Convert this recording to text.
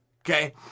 okay